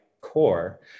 core